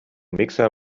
mixer